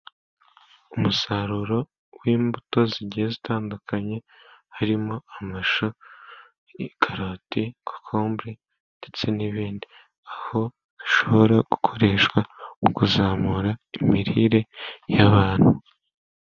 Umusaruro w'imbuto zigiye zitandukanye harimo amashu, karoti, kokombure ndetse n'ibindi, aho bishobora gukoreshwa mu kuzamura imirire y'abantu.